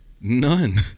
None